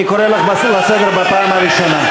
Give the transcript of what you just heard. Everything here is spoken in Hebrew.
אני קורא אותך לסדר בפעם הראשונה.